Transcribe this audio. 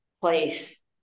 place